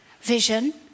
vision